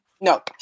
no